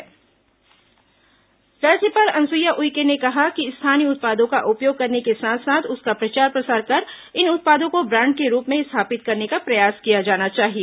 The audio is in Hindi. राज्यपाल स्थानीय उत्पाद राज्यपाल अनुसुईया उइके ने कहा है कि स्थानीय उत्पादों का उपयोग करने के साथ साथ उसका प्रचार प्रसार कर इन उत्पादों को ब्राण्ड के रूप में स्थापित करने का प्रयास किया जाना चाहिए